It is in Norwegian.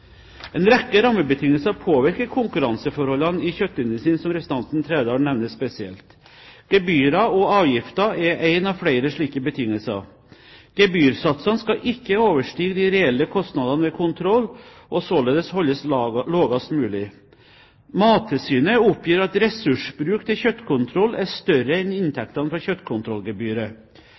En rekke rammebetingelser påvirker konkurranseforholdene i kjøttindustrien, som representanten Trældal nevner spesielt. Gebyrer og avgifter er en av flere slike betingelser. Gebyrsatsene skal ikke overstige de reelle kostnadene ved kontroll, og således holdes lavest mulig. Mattilsynet oppgir at ressursbruk til kjøttkontroll er større enn inntektene fra kjøttkontrollgebyret.